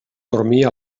dormir